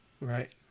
right